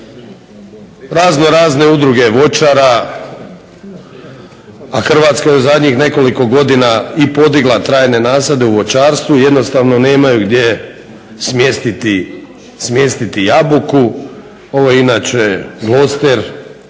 Razno razne udruge voćara a Hrvatska je u zadnjih nekoliko godina i podigla trajne nasade u voćarstvu. Jednostavno nemaju gdje smjestiti jabuku. Ovo je inače gloster